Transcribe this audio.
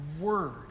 word